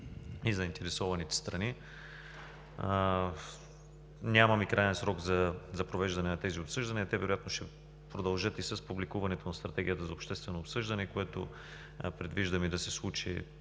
и заинтересованите страни. Нямаме краен срок за провеждане на тези обсъждания. Те вероятно ще продължат и с публикуването на Стратегията за обществено обсъждане, което предвиждаме да се случи